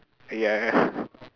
ya ya